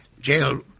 Jail